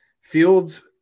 Fields